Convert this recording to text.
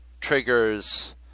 triggers